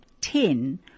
ten